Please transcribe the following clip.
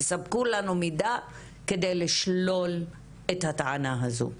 תספקו לנו מידע כדי לשלול את הטענה הזאת.